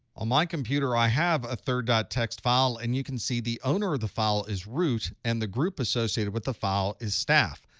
on my computer, i have a third ah txt file. and you can see the owner of the file is root and the group associated with the file is staff.